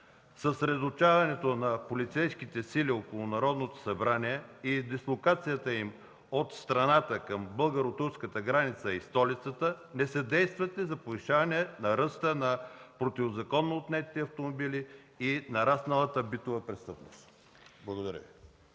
съсредоточаването на полицейските сили около Народното събрание и дислокацията им от страната към българо-турската граница и столицата не съдействате за повишаване на ръста на противозаконно отнетите автомобили и нарасналата битова престъпност. Благодаря Ви.